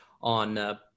on